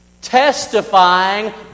Testifying